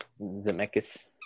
Zemeckis